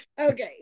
Okay